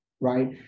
right